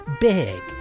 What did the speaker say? big